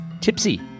Tipsy